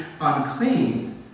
unclean